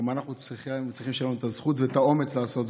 גם אנחנו צריכים שיהיו לנו הזכות והאומץ לעשות זאת.